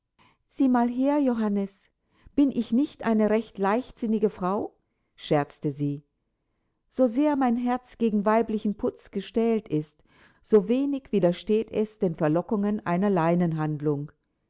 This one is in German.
sieh mal her johannes bin ich nicht eine recht leichtsinnige frau scherzte sie so sehr mein herz gegen weiblichen putz gestählt ist so wenig widersteht es den verlockungen einer